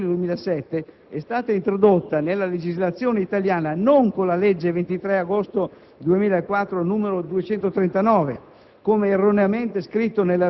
a partire dalla data del 1° luglio 2007 è stata introdotta nella legislazione italiana non con la legge 23 agosto 2004, n. 239,